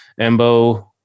embo